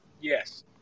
Yes